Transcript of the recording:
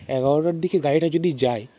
এগারোটার দিকে গাড়িটা যদি যায়